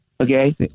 Okay